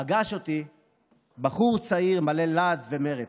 פגש אותי בחור צעיר מלא להט ומרץ.